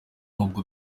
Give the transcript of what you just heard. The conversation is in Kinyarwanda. nubwo